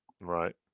Right